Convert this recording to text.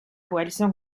coalition